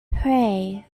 pray